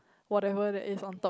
whatever there is on top